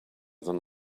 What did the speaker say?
than